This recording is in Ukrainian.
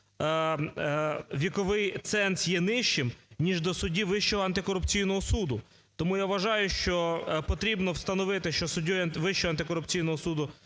віковий ценз є нижчим, ніж до суддів Вищого антикорупційного суду. Тому я вважаю, що потрібно встановити, що суддею Вищого антикорупційного суду